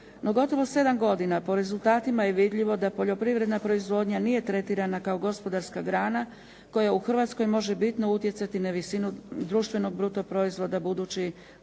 No, gotovo sedam godina po rezultatima je vidljivo da poljoprivredna proizvodnja nije tretirana kao gospodarska grana koja u Hrvatskoj može bitno utjecati na visinu društvenog bruto proizvoda budući